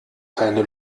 keine